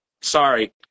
Sorry